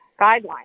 guidelines